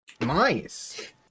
Nice